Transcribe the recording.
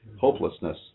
hopelessness